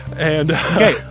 Okay